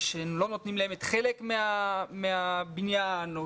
שלא נותנים להם את חלק מהבניין או